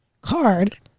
card